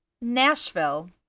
Nashville